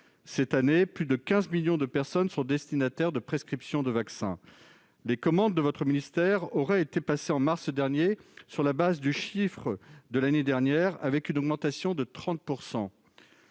Cette année, plus de quinze millions de personnes sont destinataires de prescriptions de vaccin. Les commandes du ministère auraient été passées, en mars dernier, sur la base des chiffres de l'année précédente, augmentés de 30 %.